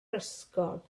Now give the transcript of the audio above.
ysgol